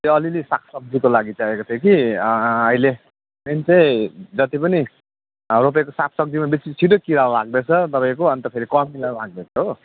त्यो अलिलि सागसब्जीको लागि चाहिएको थियो कि अहिले मेन चाहिँ जतिपनि रोपेको साग सब्जीमा बेसी छिटो किरा लाग्दैछ तपाईँको अन्त फेरि कमिला लाग्दैछ हो